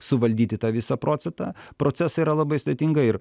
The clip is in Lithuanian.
suvaldyti tą visą procetą procesą yra labai sudėtinga ir